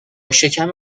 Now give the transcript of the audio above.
شکم